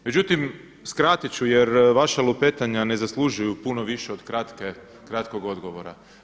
Međutim, skratit ću jer vaša lupetanja ne zaslužuju puno više od kratkog odgovora.